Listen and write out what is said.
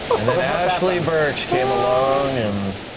and then ashly burch came along and